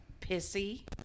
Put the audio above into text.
pissy